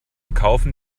kaufen